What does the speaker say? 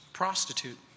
Prostitute